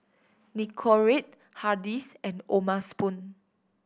Nicorette Hardy's and O'ma Spoon